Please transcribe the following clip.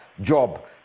job